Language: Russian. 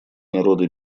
народы